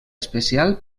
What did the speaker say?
especial